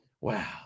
Wow